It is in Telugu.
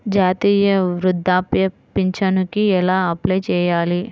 జాతీయ వృద్ధాప్య పింఛనుకి ఎలా అప్లై చేయాలి?